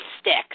sticks